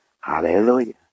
Hallelujah